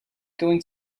going